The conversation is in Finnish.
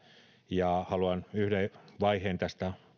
ja haluan yhden vaiheen tästä